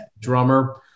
drummer